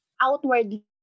outwardly